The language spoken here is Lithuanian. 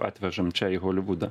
atvežam čia į holivudą